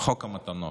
חוק המתנות,